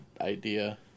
idea